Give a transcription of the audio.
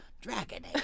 dragon